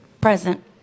Present